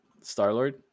Star-Lord